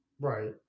right